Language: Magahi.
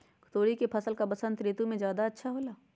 तोरी के फसल का बसंत ऋतु में ज्यादा होला?